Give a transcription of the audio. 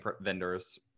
vendors